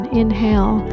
inhale